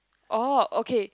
orh okay